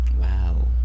Wow